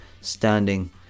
standing